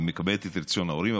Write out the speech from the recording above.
אני מקבלת את רצון ההורים,